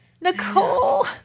Nicole